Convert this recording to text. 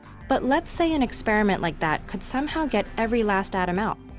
but let's say an experiment like that could somehow get every last atom out.